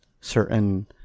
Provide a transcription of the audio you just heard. certain